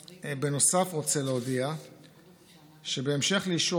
נוסף על כך אני רוצה להודיע שבהמשך לאישור